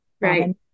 Right